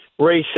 racist